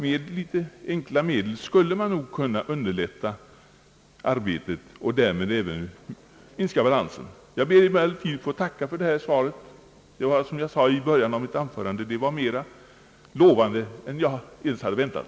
Med enkla medel skulle man kunna underlätta arbetet och därmed även minska balansen. Jag ber emellertid att få tacka för statsrådets svar; det var, som jag sade i början av mitt anförande, mera lovande än jag hade väntat.